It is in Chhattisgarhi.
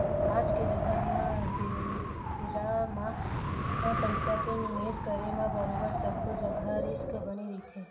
आज के बेरा म पइसा के निवेस करे म बरोबर सब्बो जघा रिस्क बने रहिथे